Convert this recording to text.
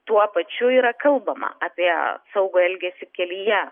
tuo pačiu yra kalbama apie saugų elgesį kelyje